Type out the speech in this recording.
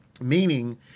Meaning